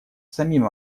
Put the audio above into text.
самим